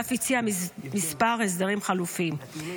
ואף הציע מספר הסדרים חלופיים,